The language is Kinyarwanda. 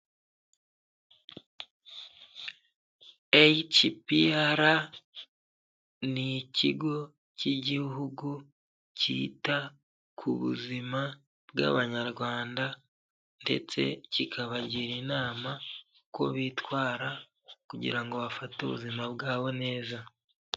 Eci pi ara ni ikigo k'igihugu kita ku buzima bw'abanyarwanda ndetse kikabagira inama, uko bitwara kugira ngo bafate ubuzima bwabo neza.